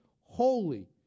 holy